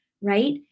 right